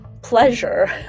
pleasure